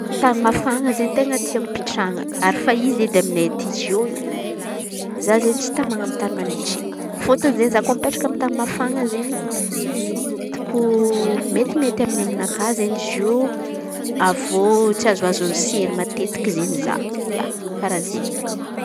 Tany mafana izen̈y ten̈a tiako pitrahan̈a ary efa izy edy aminay aty zô io za izen̈y tsy taman̈a amy tan̈y man̈itsy. Fôtony izen̈y za ko mipetraka amy tan̈y mafana izen̈y hitako mety mety aminy ainakà izen̈y izy io. Avy eo tsy azoazon'ny sery matetiky izen̈y za ia karà zey.